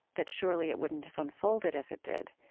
that surely it wouldn't have unfolded as it did.